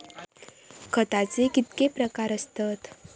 खताचे कितके प्रकार असतत?